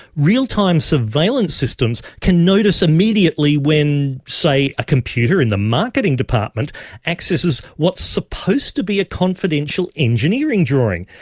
real-time surveillance systems can notice immediately when, say, a computer in the marketing department accesses what's supposed to be a confidential engineering drawing,